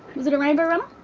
was it a rainbow runner?